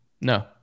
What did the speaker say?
No